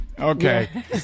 okay